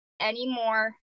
anymore